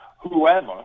whoever